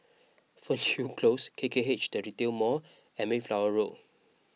Fernhill Close K K H the Retail Mall and Mayflower Road